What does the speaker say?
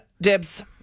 Dibs